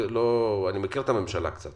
אני מכיר את הממשלה קצת,